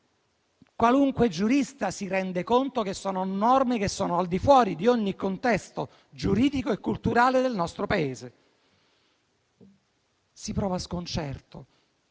Qualunque giurista si rende conto che sono norme al di fuori di ogni contesto giuridico e culturale del nostro Paese. Si prova sconcerto.